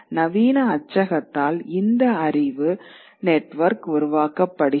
நவீன அச்சகத்தால் இந்த அறிவு நெட்வொர்க் உருவாக்கப்படுகிறது